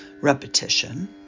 repetition